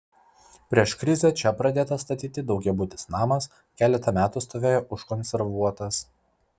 prieš krizę čia pradėtas statyti daugiabutis namas keletą metų stovėjo užkonservuotas